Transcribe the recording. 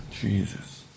Jesus